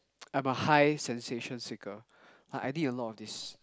I'm a high sensation seeker I need a lot of this